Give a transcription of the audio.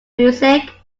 music